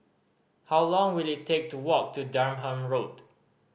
how long will it take to walk to Durham Road